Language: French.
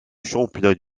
championnats